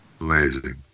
Amazing